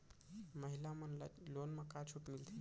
महिला मन ला लोन मा का छूट मिलथे?